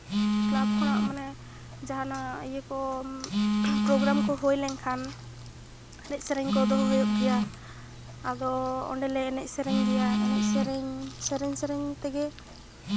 club ᱠᱷᱚᱱᱟᱜ ᱢᱟᱱᱮ ᱡᱟᱦᱟᱱᱟᱜ ᱤᱭᱟᱹ ᱠᱚ ᱯᱨᱚᱜᱨᱟᱢ ᱠᱚ ᱦᱳᱭ ᱞᱮᱱᱠᱷᱟᱱ ᱮᱱᱮᱡᱼᱥᱮᱨᱮᱧ ᱠᱚ ᱫᱚᱦᱚ ᱦᱩᱭᱩᱜ ᱜᱮᱭᱟ ᱟᱫᱚ ᱚᱸᱰᱮᱞᱮ ᱮᱱᱮᱡ ᱥᱮᱨᱮᱧ ᱜᱮᱭᱟ ᱮᱱᱮᱡᱼᱥᱮᱨᱮᱧ ᱥᱮᱨᱮᱧ ᱥᱮᱨᱮᱧ ᱛᱮᱜᱮ